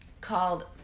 called